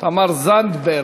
תמר זנדברג?